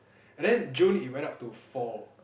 and then June it went up to four